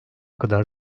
kadar